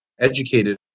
educated